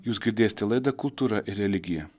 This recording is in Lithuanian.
jūs girdėsite laidą kultūra ir religija